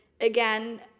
again